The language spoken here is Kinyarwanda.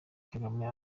kagame